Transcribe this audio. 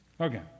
Okay